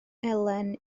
elen